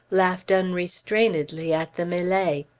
laughed unrestrainedly at the melee.